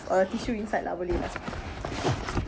a tissue inside lah boleh lah